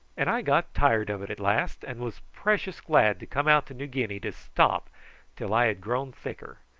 and i got tired of it at last, and was precious glad to come out to new guinea to stop till i had grown thicker.